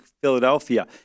Philadelphia